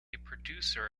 producer